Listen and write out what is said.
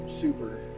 super